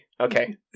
Okay